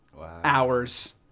hours